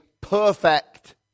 perfect